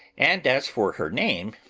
and as for her name,